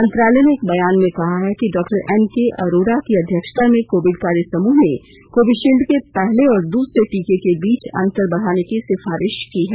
मंत्रालय ने एक बयान में कहा है कि डॉक्टर एन के अरोडा की अध्यक्षता में कोविड कार्य समूह ने कोविशील्ड के पहले और दूसरे टीके के बीच अंतर बढ़ाने की सिफारिश की है